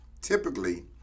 typically